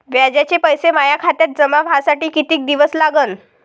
व्याजाचे पैसे माया खात्यात जमा व्हासाठी कितीक दिवस लागन?